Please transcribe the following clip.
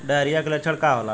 Diarrhoea के लक्षण का होला?